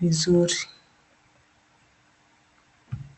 vizuri.